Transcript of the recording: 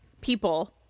people